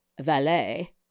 valet